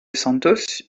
santos